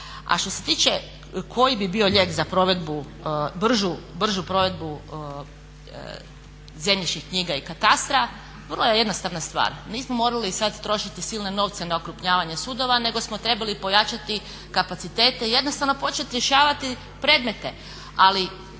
A što se tiče koji bi bio lijek za bržu provedbu zemljišnih knjiga i katastra vrlo je jednostavna stvar, nismo morali sad trošiti silne novce na okrupnjavanje sudova nego smo trebali pojačati kapacitete i jednostavno početi rješavati predmete.